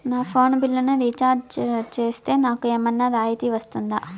నా ఫోను బిల్లును recharge recharge సేస్తే, నాకు ఏమన్నా రాయితీ వస్తుందా?